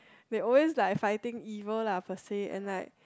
they always like fighting evil lah for say